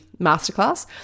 masterclass